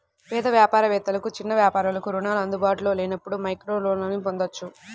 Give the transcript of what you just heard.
పేద వ్యాపార వేత్తలకు, చిన్న వ్యాపారాలకు రుణాలు అందుబాటులో లేనప్పుడు మైక్రోలోన్లను పొందొచ్చు